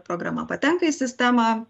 programa patenka į sistemą